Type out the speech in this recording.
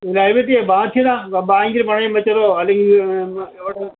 ലയബലിറ്റിയേ ബാധ്യത ബാങ്കില് പണയം വെച്ചതോ അല്ലെങ്കിൽ അവിടെ